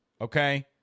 okay